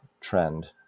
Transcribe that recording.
trend